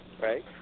right